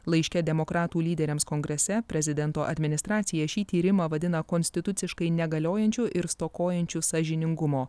laiške demokratų lyderiams kongrese prezidento administracija šį tyrimą vadina konstituciškai negaliojančiu ir stokojančiu sąžiningumo